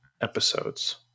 episodes